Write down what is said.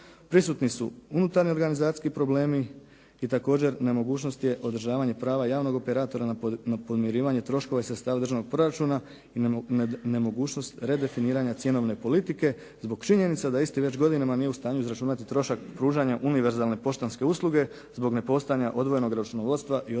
Prisutni su unutarnji organizacijski problemi i također nemogućnost je održavanje prava javnog operatora na podmirivanje troškova i sredstava državnog proračuna i nemogućnost redefiniranja cjenovne politike zbog činjenice da isti već godinama nije u stanju izračunati trošak pružanja univerzalne poštanske usluge zbog nepostojanja odvojenog računovodstva i odvojenog